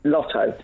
Lotto